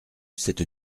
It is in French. cette